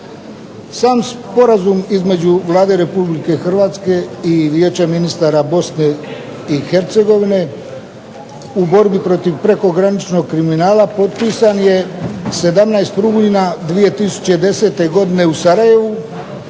Sam Sporazum između Vlade Republike Hrvatske i Vijeća ministara Bosne i Hercegovine u borbi protiv prekograničnog kriminala potpisan je 17. rujna 2010. godine u Sarajevu.